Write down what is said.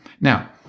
Now